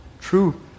True